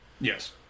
Yes